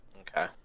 Okay